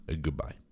Goodbye